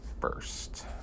first